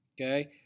Okay